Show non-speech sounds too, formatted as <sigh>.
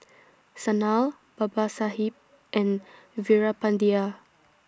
Sanal Babasaheb and <noise> Veerapandiya